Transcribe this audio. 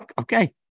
Okay